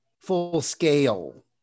full-scale